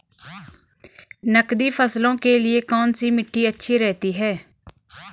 नकदी फसलों के लिए कौन सी मिट्टी अच्छी रहती है?